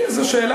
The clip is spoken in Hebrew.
כן, זו שאלה.